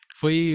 foi